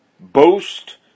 Boast